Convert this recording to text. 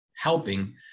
helping